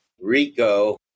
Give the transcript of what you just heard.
Rico